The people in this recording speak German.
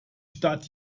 stadt